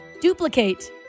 Duplicate